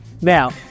now